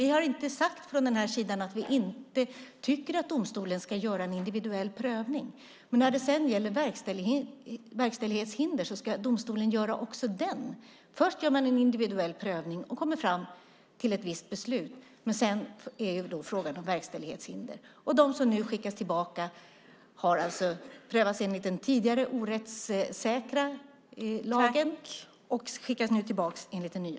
Vi från den här sidan har inte sagt att vi inte tycker att domstolen ska göra en individuell prövning, men när det gäller verkställighetshinder ska domstolen göra även detta. Först gör man en individuell prövning och kommer fram till ett visst beslut. Men sedan har vi då frågan om verkställighetshinder, och de som nu skickas tillbaka har alltså prövats enligt den tidigare rättsosäkra lagen men skickas tillbaka enligt den nya.